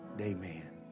Amen